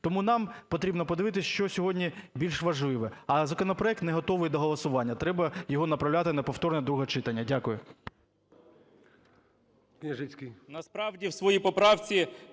тому нам потрібно подивитися, що сьогодні більш важливе. А законопроект неготовий до голосування, треба його направляти на повторне друге читання. Дякую.